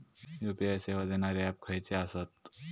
UPI सेवा देणारे app खयचे आसत?